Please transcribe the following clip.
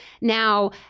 Now